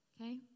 okay